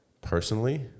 personally